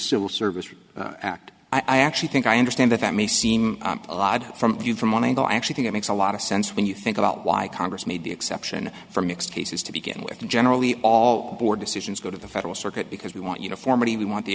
civil service act i actually think i understand that that may seem a lot from you from one angle i actually think it makes a lot of sense when you think about why congress made the exception for mixed cases to begin with and generally all board decisions go to the federal circuit because we want uniformity we want the